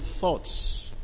thoughts